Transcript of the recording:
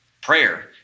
prayer